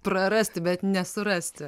prarasti bet nesurasti